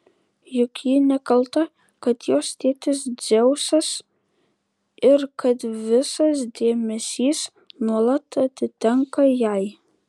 juk ji nekalta kad jos tėtis dzeusas ir kad visas dėmesys nuolat atitenka jai